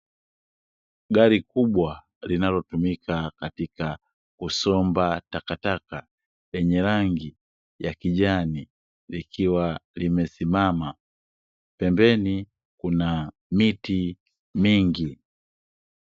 Gari kubwa linalotumika katika kusomba takataka, lenye rangi ya kijani likiwa limesimama. Pembeni kuna miti mingi.